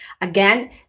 again